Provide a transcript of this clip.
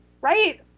right